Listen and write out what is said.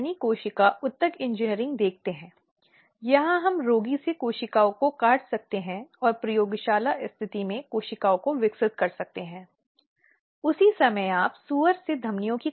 इस संबंध में उत्तर हां है नियोक्ता पर बहुत सारी जिम्मेदारियां हैं और नियोक्ता को यह सुनिश्चित करना चाहिए कि वह उस संबंध में आवश्यक कदम उठाए